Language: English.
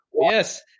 Yes